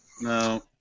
No